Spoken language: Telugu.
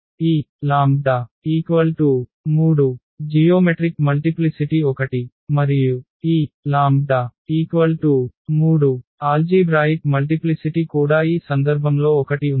ఈ λ 3 జియోమెట్రిక్ మల్టిప్లిసిటి 1 మరియు ఈ λ 3 ఆల్జీభ్రాయిక్ మల్టిప్లిసిటి కూడా ఈ సందర్భంలో 1 ఉంది